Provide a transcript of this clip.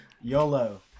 YOLO